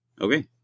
Okay